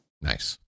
Nice